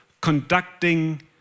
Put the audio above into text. conducting